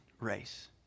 race